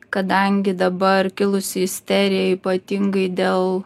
kadangi dabar kilusi isterija ypatingai dėl